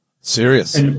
Serious